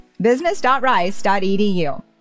business.rice.edu